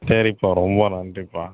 சரிப்பா ரொம்ப நன்றிப்பா